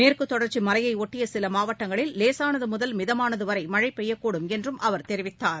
மேற்குத்தொடர்ச்சி மலையை ஒட்டிய சில மாவட்டங்களில் லேசானது முதல் மிதமானது வரை மழை பெய்யக்கூடும் என்றும் அவர் தெரிவித்தார்